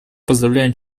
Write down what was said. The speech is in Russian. поздравляем